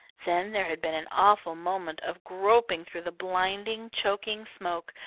then there had been an awful moment of groping through the blinding, choking smoke,